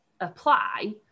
apply